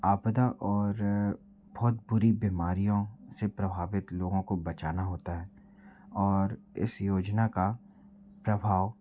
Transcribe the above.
आपदा और बहुत बुरी बीमारियों से प्रभावित लोगों को बचाना होता है और इस योजना का प्रभाव